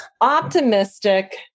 optimistic